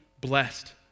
blessed